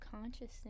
consciousness